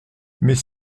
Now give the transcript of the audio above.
mais